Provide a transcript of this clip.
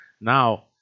Now